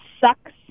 sucks